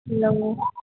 ल